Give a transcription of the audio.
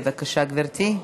בבקשה, גברתי.